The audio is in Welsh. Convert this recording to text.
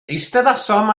eisteddasom